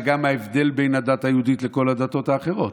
זה גם ההבדל בין הדת היהודית לכל הדתות האחרות.